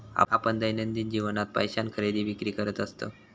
आपण दैनंदिन जीवनात पैशान खरेदी विक्री करत असतव